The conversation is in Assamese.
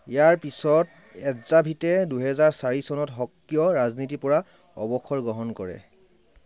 ইয়াৰ পিছত এযাভিটে দুহেজাৰ চাৰি চনত সক্ৰিয় ৰাজনীতিৰ পৰা অৱসৰ গ্ৰহণ কৰে